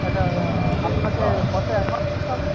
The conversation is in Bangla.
আচ্ছা আপনাকে কত অ্যাডভান্স দিতে হবে